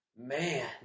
Man